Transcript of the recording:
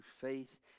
faith